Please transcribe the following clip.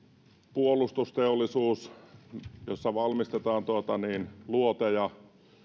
puolustusteollisuus jossa valmistetaan luoteja